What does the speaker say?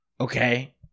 Okay